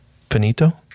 finito